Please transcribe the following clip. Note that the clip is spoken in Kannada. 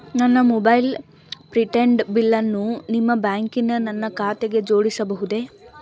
ನನ್ನ ಮೊಬೈಲ್ ಪ್ರಿಪೇಡ್ ಬಿಲ್ಲನ್ನು ನಿಮ್ಮ ಬ್ಯಾಂಕಿನ ನನ್ನ ಖಾತೆಗೆ ಜೋಡಿಸಬಹುದೇ?